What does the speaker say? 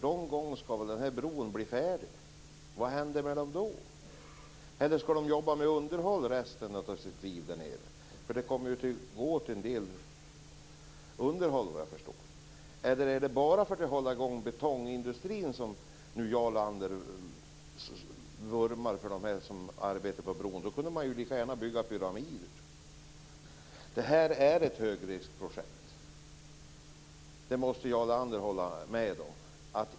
Någon gång skall väl den här bron bli färdig, och vad händer med dem då? Skall de jobba med underhåll under resten av sina liv där nere? Det kommer ju att bli en hel del underhåll, vad jag förstår. Eller är det bara för att hålla i gång betongindustrin som Jarl Lander nu vurmar för dem som arbetar på bron? I så fall kunde man ju lika gärna bygga pyramider. Detta är ett högriskprojekt - det måste Jarl Lander hålla med om.